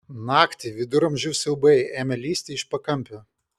naktį viduramžių siaubai ėmė lįsti iš pakampių